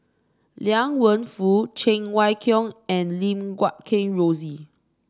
Liang Wenfu Cheng Wai Keung and Lim Guat Kheng Rosie